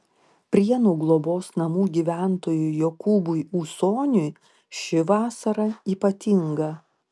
prienų globos namų gyventojui jokūbui ūsoniui ši vasara ypatinga